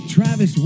Travis